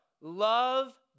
Love